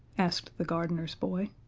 asked the gardener's boy.